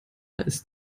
ist